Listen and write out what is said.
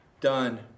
done